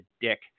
dick